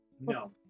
No